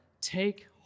take